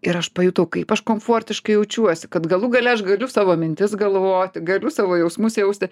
ir aš pajutau kaip aš komfortiškai jaučiuosi kad galų gale aš galiu savo mintis galvoti galiu savo jausmus jausti